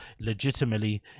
legitimately